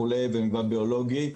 במגוון ביולוגי וכו'.